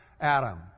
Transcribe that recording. Adam